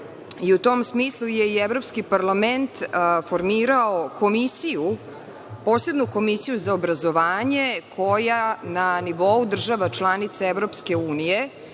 i u tom smislu je i Evropski parlament formirao posebnu komisiju za obrazovanje, koja na nivou država članica EU, kroz svoje